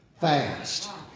fast